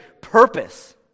purpose